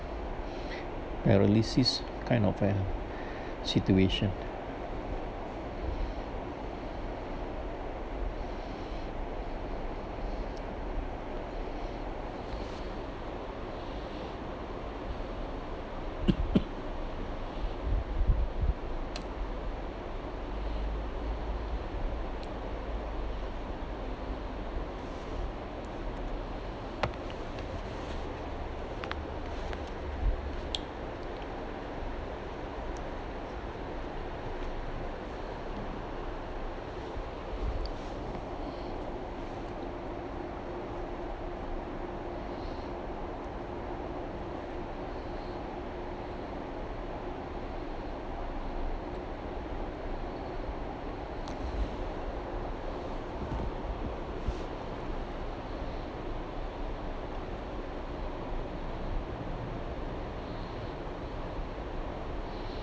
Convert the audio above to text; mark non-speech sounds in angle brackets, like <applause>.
<breath> paralysis kind of uh situation <coughs>